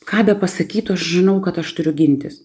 ką bepasakytų aš žinau kad aš turiu gintis